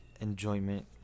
enjoyment